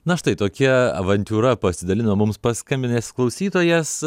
na štai tokia avantiūra pasidalino mums paskambinęs klausytojas